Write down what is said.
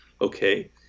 okay